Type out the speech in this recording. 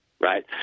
right